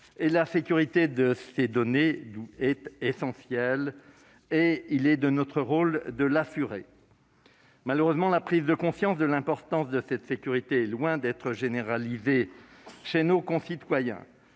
La sécurité de ces données est essentielle ; il est de notre rôle de l'assurer. Malheureusement, la prise de conscience de l'importance de cette sécurité est loin d'être généralisée chez nos concitoyens.